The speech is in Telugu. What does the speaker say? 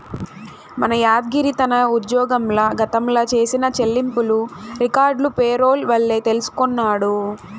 మన యాద్గిరి తన ఉజ్జోగంల గతంల చేసిన చెల్లింపులు రికార్డులు పేరోల్ వల్లే తెల్సికొన్నాడు